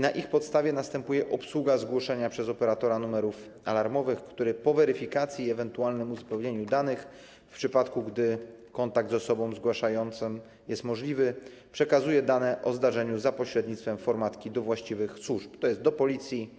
Na ich podstawie następuje obsługa zgłoszenia przez operatora numerów alarmowych, który po weryfikacji i ewentualnym uzupełnieniu danych, w przypadku gdy kontakt z osobą zgłaszającą jest możliwy, przekazuje dane o zdarzeniu za pośrednictwem formatki do właściwych służb, tj. do Policji,